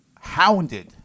hounded